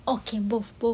okay both both